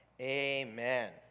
Amen